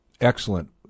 Excellent